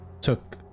took